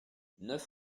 neuf